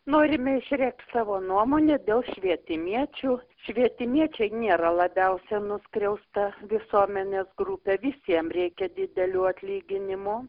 norime išreikšt savo nuomonę dėl švietimiečių švietiniečiai nėra labiausia nuskriausta visuomenės grupė visiem reikia didelių atlyginimų